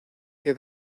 que